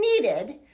needed